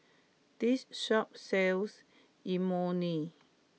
this shop sells Imoni